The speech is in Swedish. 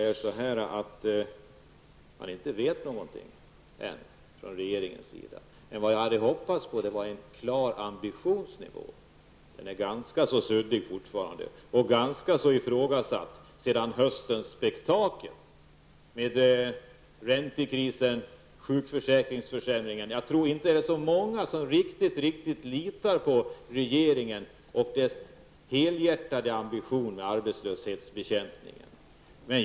Men det kanske är så att man inte vet någonting än i regeringen. Jag hade hoppats på ett uttalande om en klar ambitionsnivå. Den är fortfarande ganska suddig och mycket är ifrågasatt sedan höstens spektakel med räntekrisen och sjukförsäkringsförsämringen. Jag tror inte det är så många som riktigt litar på regeringens ''helhjärtade'' ambition i arbetslöshetsbekämpningen.